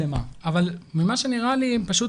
אבל מה שנראה לי, שהם פשוט